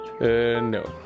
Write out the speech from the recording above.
no